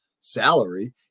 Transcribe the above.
salary